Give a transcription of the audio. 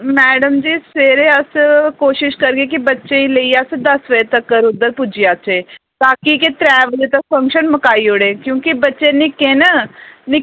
madam ji सवेरे अस कोशिश करगे कि बच्चें लेइयै अस दस बजे तकर उद्धर पुज्जी जाचै बाकी कि जे त्रै बजे तक फंक्शन मकाई ओड़ै क्योंकि बच्चे निक्के न